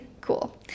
cool